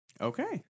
Okay